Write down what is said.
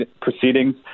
proceedings